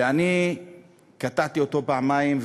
ואני קטעתי אותו פעמיים,